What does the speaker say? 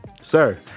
sir